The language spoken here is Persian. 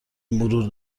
مرور